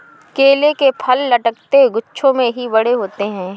केले के फल लटकते गुच्छों में ही बड़े होते है